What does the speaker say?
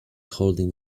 holding